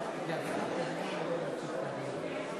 אני סומך עלייך.